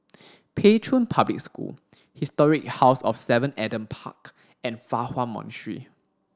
Pei Chun Public School Historic House of Seven Adam Park and Fa Hua Monastery